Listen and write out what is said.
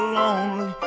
lonely